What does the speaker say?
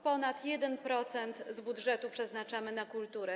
Ponad 1% z budżetu przeznaczamy na kulturę.